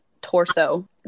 torso